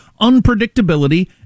unpredictability